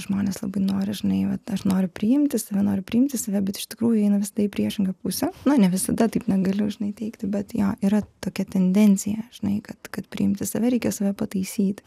žmonės labai nori žinai vat aš noriu priimti save noriu priimti save bet iš tikrųjų eina visada į priešingą pusę na ne visada taip negaliu dažnai teigti bet jo yra tokia tendencija žinai kad kad priimti save reikia save pataisyti